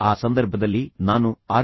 ಆದ್ದರಿಂದ ಆ ಸಂದರ್ಭದಲ್ಲಿ ನಾನು ಆರ್